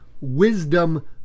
wisdom